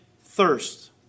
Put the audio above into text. thirst